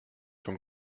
from